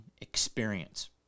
experience